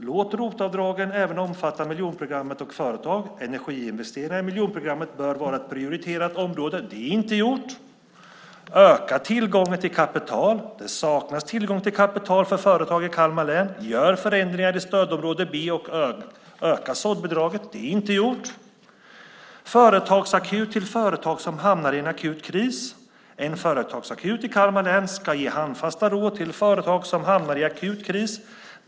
Låt ROT-avdragen även omfatta miljonprogrammet och företag. Energiinvesteringar i miljonprogrammet bör vara ett prioriterat område. Det är inte gjort. Öka tillgången till kapital. Det saknas tillgång till kapital för företag i Kalmar län. Gör förändringar i stödområde B och öka såddbidraget. Det är inte gjort. Inför en företagsakut för företag som hamnar i en akut kris. En företagsakut i Kalmar län ska ge handfasta råd till företag som hamnar i akut kris.